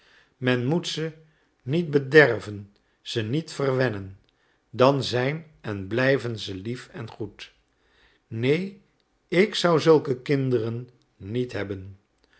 men moet ze niet bederven ze niet verwennen dan zijn en blijven ze lief en goed neen ik zou zulke kinderen niet hebben